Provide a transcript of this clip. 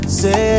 say